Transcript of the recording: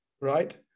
right